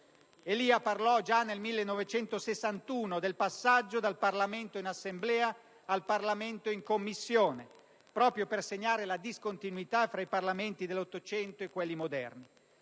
Elia parlò già nel 1961 del passaggio «dal Parlamento in Assemblea al Parlamento in Commissione», proprio per segnare la discontinuità tra i Parlamenti dell'Ottocento e quelli moderni.